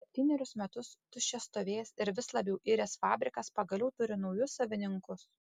septynerius metus tuščias stovėjęs ir vis labiau iręs fabrikas pagaliau turi naujus savininkus